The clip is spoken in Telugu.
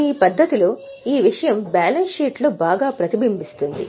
ఈ పద్ధతిలో ఈ విషయం బ్యాలెన్స్ షీట్లో బాగా ప్రతిబింబిస్తుంది